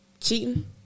cheating